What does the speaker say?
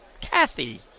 Kathy